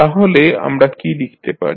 তাহলে আমরা কী লিখতে পারি